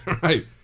right